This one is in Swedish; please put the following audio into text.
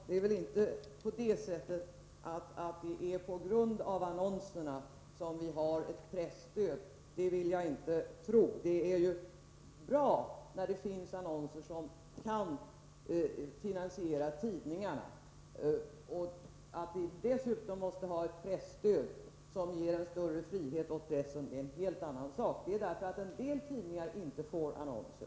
Herr talman! Det är väl inte på grund av annonserna som vi har ett presstöd. Det vill jag inte tro. Det är bra att det finns annonser som kan finansiera tidningarna. Att vi dessutom måste ha ett presstöd som ger större frihet åt pressen är en helt annan sak. Det måste vi därför att en del tidningar inte får annonser.